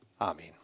Amen